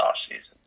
offseason